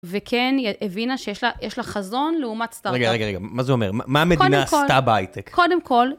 וכן, היא הבינה שיש לה, יש לה חזון, לאומת סטארטאפ. רגע, רגע, רגע, מה זה אומר? מה המדינה עשתה בהייטק? קודם כל...